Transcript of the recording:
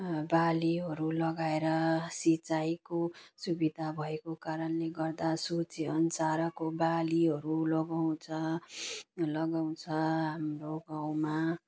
बालीहरू लगाएर सिँचाइको सुविधा भएको कारणले गर्दा सोचे अनुसारको बालीहरू लगाउँछ लगाउँछ हाम्रो गाउँमा